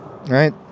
right